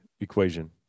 equation